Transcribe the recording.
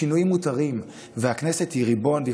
שינויים מותרים והכנסת היא ריבון והיא